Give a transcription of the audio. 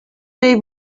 they